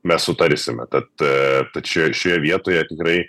mes sutarsime tad tad šioje vietoje tikrai